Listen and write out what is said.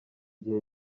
gihe